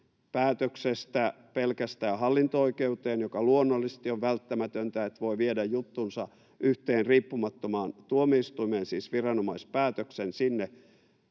päätöksestä pelkästään hallinto-oikeuteen — mikä luonnollisesti on välttämätöntä, että voi viedä juttunsa yhteen riippumattomaan tuomioistuimeen, siis viranomaispäätöksen sinne